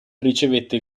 ricevette